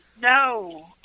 No